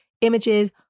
images